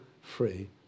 free